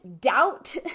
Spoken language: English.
doubt